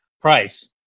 price